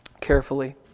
carefully